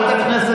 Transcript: מה אתה מבין